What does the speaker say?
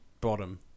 bottom